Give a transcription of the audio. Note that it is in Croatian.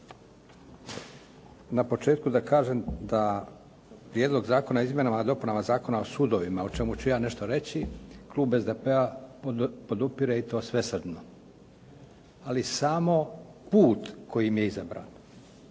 Na početku da kažem da Prijedlog zakona o izmjenama i dopunama Zakona o sudovima o čemu ću ja nešto reći klub SDP-a podupire i to svesrdno. Ali samo put kojim je izabran.